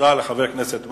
תודה לחבר הכנסת ברכה.